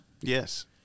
Yes